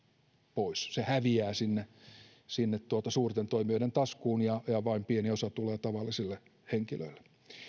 pois se häviää sinne sinne suurten toimijoiden taskuun ja vain pieni osa tulee tavallisille henkilöille